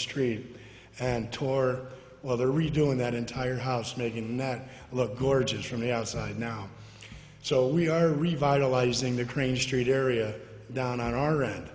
street and tore well they're redoing that entire house making that look gorgeous from the outside now so we are revitalizing the grange street area down on our end